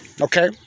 okay